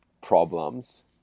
problems